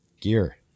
gear